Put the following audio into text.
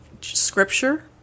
scripture